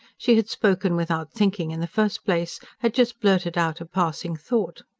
she had spoken without thinking in the first place had just blurted out a passing thought.